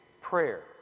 prayer